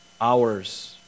Hours